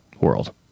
world